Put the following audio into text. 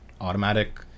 automatic